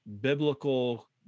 biblical